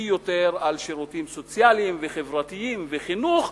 יותר על שירותים סוציאליים וחברתיים וחינוך,